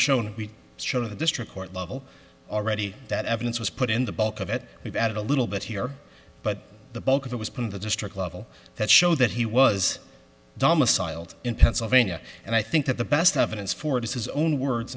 shown we show to the district court level already that evidence was put in the bulk of it we've added a little bit here but the bulk of it was put in the district level that show that he was domiciled in pennsylvania and i think that the best evidence for it is his own words